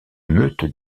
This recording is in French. meute